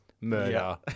murder